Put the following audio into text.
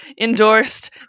Endorsed